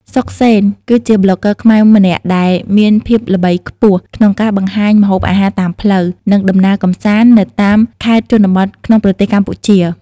សុខសេន គឺជាប្លុកហ្គើខ្មែរម្នាក់ដែលមានភាពល្បីខ្ពស់ក្នុងការបង្ហាញម្ហូបអាហារតាមផ្លូវ និងដំណើរកម្សាន្តនៅតាមខេត្តជនបទក្នុងប្រទេសកម្ពុជា។